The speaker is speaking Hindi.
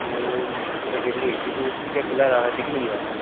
तो यह अच्छा गिर गई थी तो उसमें क्या ब्लर आ रहा है दिख नहीं रहा है कुछ